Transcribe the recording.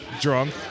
drunk